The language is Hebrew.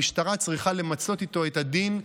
המשטרה צריכה למצות איתו את הדין.